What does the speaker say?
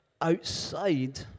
outside